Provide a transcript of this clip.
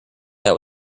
that